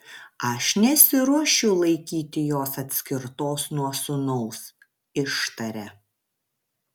aš nesiruošiu laikyti jos atskirtos nuo sūnaus ištaria